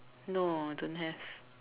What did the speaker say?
no don't have